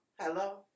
Hello